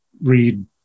read